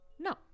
no